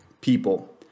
people